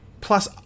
plus